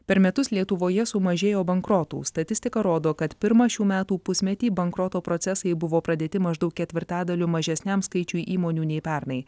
per metus lietuvoje sumažėjo bankrotų statistika rodo kad pirmą šių metų pusmetį bankroto procesai buvo pradėti maždaug ketvirtadaliu mažesniam skaičiui įmonių nei pernai